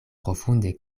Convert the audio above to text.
profunde